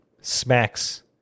smacks